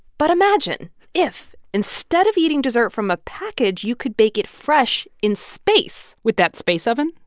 but imagine if instead of eating dessert from a package, you could bake it fresh in space with that space oven?